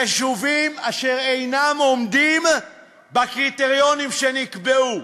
יישובים אשר אינם עומדים בקריטריונים שנקבעו.